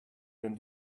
than